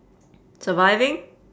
surviving